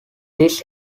this